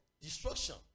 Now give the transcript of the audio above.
Destruction